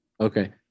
Okay